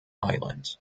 island